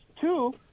two